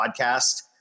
podcast